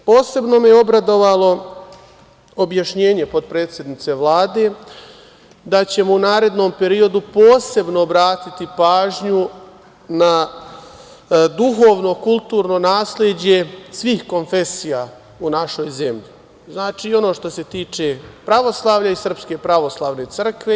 Posebno me je obradovale objašnjenje potpredsednika Vlade, da ćemo u narednom periodu posebno obratiti pažnju na duhovno, kulturno nasleđe svih konfesija u našoj zemlji, znači i ono što se tiče pravoslavlja i SPC.